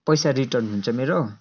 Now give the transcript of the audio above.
पैसा रिटर्न हुन्छ मेरो